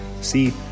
See